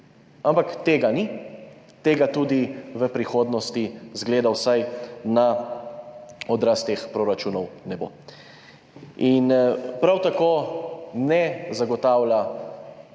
Ampak tega ni, tega tudi v prihodnosti, vsaj izgleda glede na odraz teh proračunov, ne bo. Prav tako ne zagotavlja